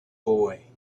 boy